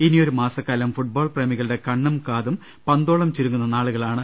ഇനിയൊരു മാസക്കാലം ഫുട്ബോൾ പ്രേമികളുടെ കണ്ണും കാതും പന്തോളം ചുരുങ്ങുന്ന നാളുകളാണ്